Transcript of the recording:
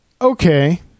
Okay